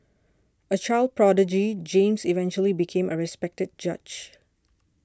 a child prodigy James eventually became a respected judge